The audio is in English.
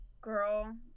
girl